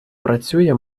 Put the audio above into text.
працює